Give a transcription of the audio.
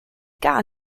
gar